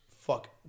fuck